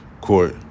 court